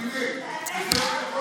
מתי מתכנס הקבינט?